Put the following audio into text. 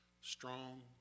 strong